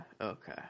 Okay